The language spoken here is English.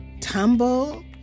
tumble